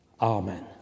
Amen